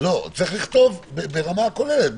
צריך לכתוב ברמה כוללת,